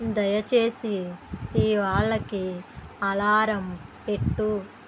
దయచేసి ఇవాళకి అలారం పెట్టు